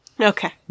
Okay